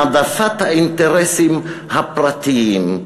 העדפת האינטרסים הפרטיים,